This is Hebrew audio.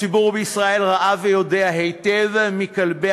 הציבור בישראל ראה ויודע היטב מי כלבי